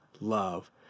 love